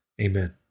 Amen